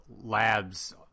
labs